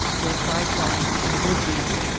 hillside vines and bushes,